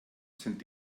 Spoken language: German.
sind